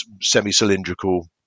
semi-cylindrical